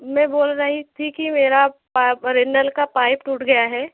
मैं बोल रही थी कि मेरा पा अरे नल का पाइप टूट गया है